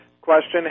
question